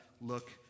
look